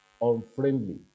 unfriendly